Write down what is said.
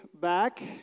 back